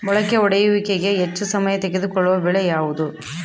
ಮೊಳಕೆ ಒಡೆಯುವಿಕೆಗೆ ಹೆಚ್ಚು ಸಮಯ ತೆಗೆದುಕೊಳ್ಳುವ ಬೆಳೆ ಯಾವುದು?